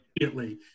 immediately